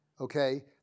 okay